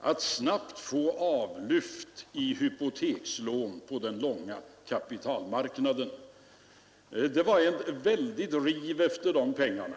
att snabbt få avlyft i hypotekslån på den långa kapitalmarknaden. Det var ett väldigt driv efter de pengarna.